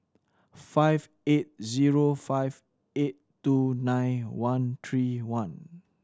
five eight zero five eight two nine one three one